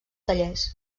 tallers